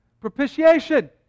Propitiation